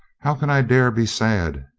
how can i dare be sad?